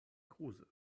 kruse